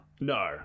No